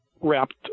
wrapped